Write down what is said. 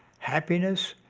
happiness,